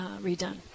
Redone